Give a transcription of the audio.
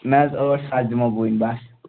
نہَ حظ ٲٹھ ساس دِمہو بےٕ بس